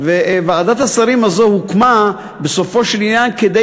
ועדת השרים הזאת הוקמה בסופו של עניין כדי